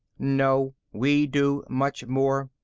no, we do much more.